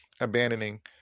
abandoning